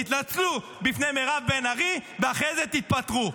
תתנצלו בפני מירב בן ארי ואחרי זה תתפטרו.